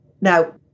Now